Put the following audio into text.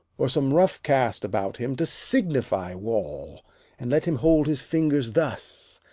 or some rough-cast about him, to signify wall and let him hold his fingers thus,